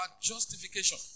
justification